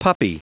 puppy